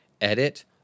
edit